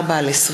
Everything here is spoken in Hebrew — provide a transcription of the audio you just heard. פ/3434/20